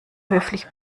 höflich